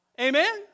Amen